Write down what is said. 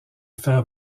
fair